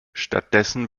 stattdessen